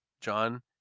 John